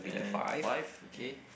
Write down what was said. and five okay